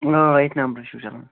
آ آ ییٚتھۍ نمبرس چھُو چلان